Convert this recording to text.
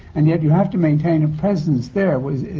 and yet, you have to maintain a presence there. what. is.